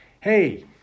hey